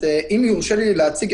אם יורשה לי להציג,